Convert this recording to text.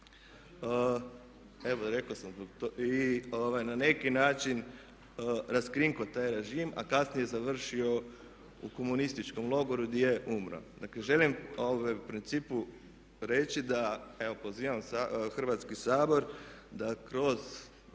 "Logor na Savi" i na neki način raskrinkao taj režim, a kasnije završio u komunističkom logoru gdje je umro. Dakle, želim u principu reći da evo pozivam Hrvatski sabor da kroz